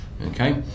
Okay